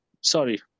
Sorry